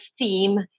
theme